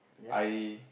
I